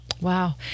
Wow